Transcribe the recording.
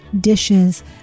dishes